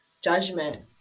judgment